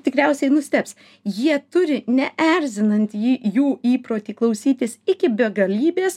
tikriausiai nustebs jie turi neerzinant jį jų įprotį klausytis iki begalybės